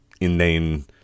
inane